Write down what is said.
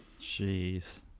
Jeez